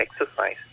exercise